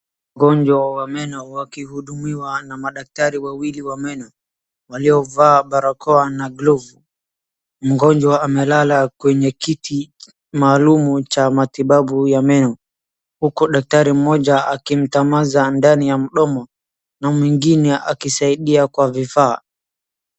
mgonjwa wa menno akihudumiwa na madaktari wawili wa meno waliovaa barakoa na glovu mgonjwa amelala kwenye kiti maalum cha matibabu ya meno huku daktari mmoja akimtazama ndani ya mdomo na mwingine akisaidia kwa vifaa